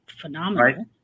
phenomenal